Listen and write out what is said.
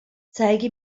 zeige